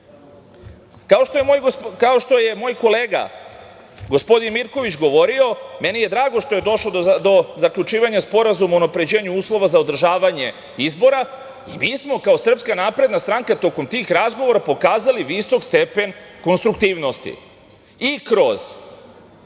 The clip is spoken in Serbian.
što je moj kolega, gospodin Mirković govorio, meni je drago što je došlo do zaključivanja sporazuma o unapređenju uslova za održavanje izbora i mi smo kao SNS tokom tih razgovora pokazali visok stepen konstruktivnosti i kroz